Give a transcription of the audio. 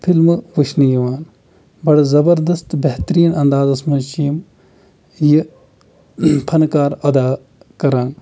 فِلمہٕ وچھنہٕ یِوان بَڑٕ زبردست بہتریٖن اندازَس منٛز چھِ یِم یہِ فنکار ادا کَران